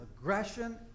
aggression